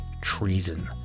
treason